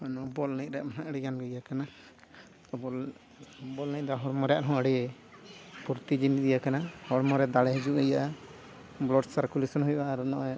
ᱚᱱᱟ ᱵᱚᱞ ᱮᱱᱮᱡ ᱨᱮᱭᱟᱜ ᱦᱚᱸ ᱟᱹᱰᱤ ᱜᱟᱱ ᱜᱮ ᱤᱭᱟᱹ ᱠᱟᱱᱟ ᱵᱚᱞ ᱵᱚᱞ ᱮᱱᱮᱡ ᱫᱚ ᱦᱚᱲᱢᱚ ᱨᱮᱭᱟᱜ ᱦᱚᱸ ᱟᱹᱰᱤ ᱯᱷᱩᱨᱛᱤ ᱡᱤᱱᱤᱥ ᱤᱭᱟᱹ ᱠᱟᱱᱟ ᱦᱚᱲᱢᱚ ᱨᱮ ᱫᱟᱲᱮ ᱦᱩᱡᱤᱜ ᱤᱭᱟᱹ ᱠᱟᱱᱟ ᱵᱞᱟᱰ ᱥᱟᱨᱠᱩᱞᱮᱥᱚᱱ ᱦᱩᱭᱩᱜᱼᱟ ᱟᱨ ᱱᱚᱜᱼᱚᱸᱭ